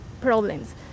problems